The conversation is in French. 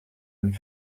une